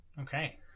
Okay